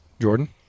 Jordan